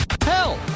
Help